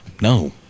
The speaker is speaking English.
No